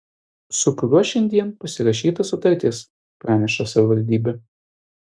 su kuriuo šiandien pasirašyta sutartis praneša savivaldybė